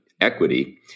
equity